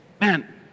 man